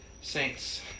Saints